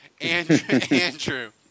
Andrew